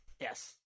Yes